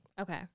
okay